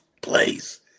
place